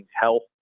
health